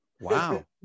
Wow